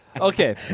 Okay